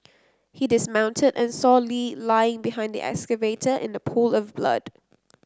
he dismounted and saw Lee lying behind the excavator in a pool of blood